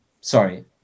Sorry